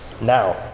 now